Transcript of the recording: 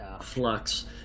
Flux